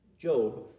Job